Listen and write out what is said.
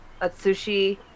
Atsushi